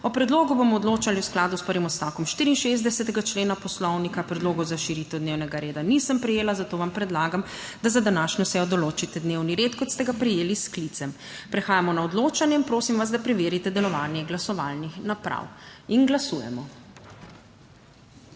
O predlogu bomo odločali v skladu s prvim odstavkom 64. člena Poslovnika. Predlogov za širitev dnevnega reda nisem prejela, zato vam predlagam, da za današnjo sejo določite dnevni red kot ste ga prejeli s sklicem. Prehajamo na odločanje in prosim vas, da preverite delovanje glasovalnih naprav. Glasujemo.